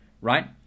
Right